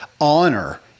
honor